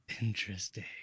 Interesting